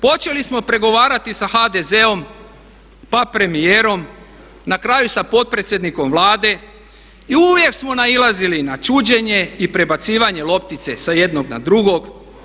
Počeli smo pregovarati sa HDZ-om, pa premijerom, na kraju sa potpredsjednikom Vlade i uvijek smo nailazili na čuđenje i prebacivanje loptice sa jednog na drugog.